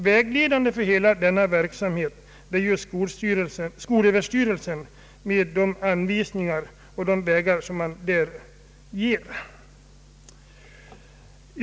Vägledande för hela denna verksamhet är skolöverstyrelsens anvisningar.